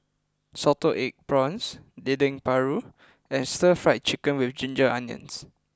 Salted Egg Prawns Dendeng Paru and Stir Fry Chicken with Ginger Onions